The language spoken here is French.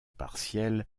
partielle